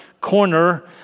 corner